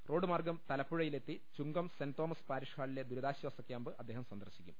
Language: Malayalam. റോഡ് മാർഗം തലപ്പുഴയിലെത്തി ചുങ്കം സെന്റ് തോമസ് പാരി ഷ്ഹാളിലെ ദുരിതാശ്യാസ ക്യാമ്പ് അദ്ദേഹം സന്ദർശിക്കും